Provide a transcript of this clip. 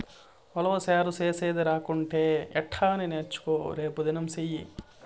ఉలవచారు చేసేది రాకంటే ఎట్టా నేర్చుకో రేపుదినం సెయ్యి